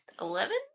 Eleven